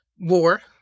war